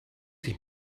ich